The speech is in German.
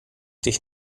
dich